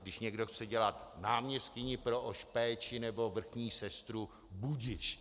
Když někdo chce dělat náměstkyni pro péči nebo vrchní sestru, budiž.